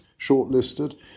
shortlisted